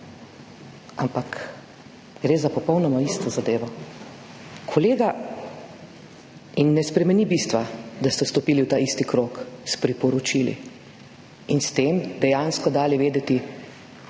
ampak gre za popolnoma isto zadevo, kolega, in ne spremeni bistva, da ste vstopili v ta isti krog s priporočili in s tem dejansko dali vedeti,